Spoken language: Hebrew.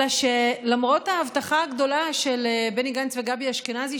אלא שלמרות ההבטחה הגדולה של בני גנץ וגבי אשכנזי,